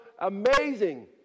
amazing